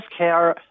healthcare